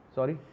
Sorry